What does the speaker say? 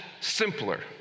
simpler